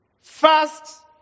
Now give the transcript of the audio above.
First